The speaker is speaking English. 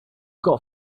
got